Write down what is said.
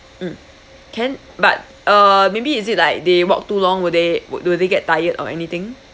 mm can but uh maybe is it like they walk too long would they would do they get tired or anything